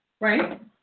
Right